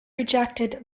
rejected